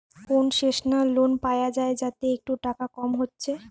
concessional loan পায়া যায় যাতে একটু টাকা কম হচ্ছে